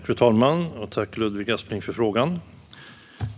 Fru talman! Tack, Ludvig Aspling, för frågan!